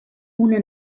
una